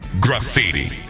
Graffiti